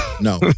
no